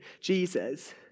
Jesus